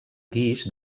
guix